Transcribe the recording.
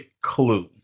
clue